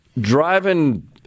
driving